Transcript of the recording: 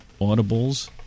audibles